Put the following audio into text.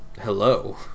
hello